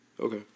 okay